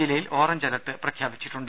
ജില്ലയിൽ orange alert പ്രഖ്യാപിച്ചിട്ടുണ്ട്